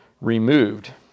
removed